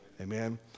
Amen